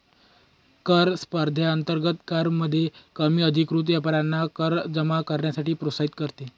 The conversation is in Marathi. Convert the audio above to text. कर स्पर्धेअंतर्गत करामध्ये कमी अधिकृत व्यापाऱ्यांना कर जमा करण्यासाठी प्रोत्साहित करते